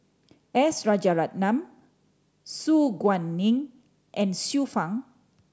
S Rajaratnam Su Guaning and Xiu Fang